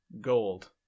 Gold